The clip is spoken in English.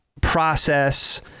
process